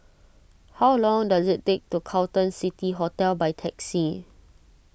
how long does it take to get to Carlton City Hotel by taxi